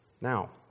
Now